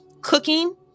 cooking